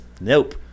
nope